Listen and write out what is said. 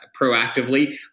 proactively